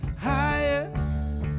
higher